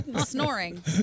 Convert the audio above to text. Snoring